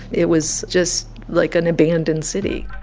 it was just like an abandoned city